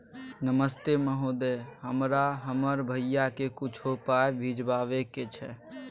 नमस्ते महोदय, हमरा हमर भैया के कुछो पाई भिजवावे के छै?